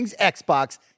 Xbox